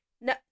no